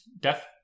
death